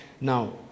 Now